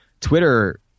Twitter